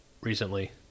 recently